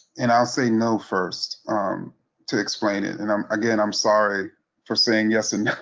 and i'll say no first to explain it, and i'm again i'm sorry for saying yes and no,